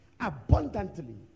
abundantly